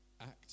act